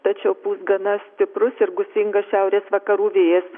tačiau pūs gana stiprus ir gūsingas šiaurės vakarų vėjas